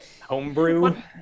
Homebrew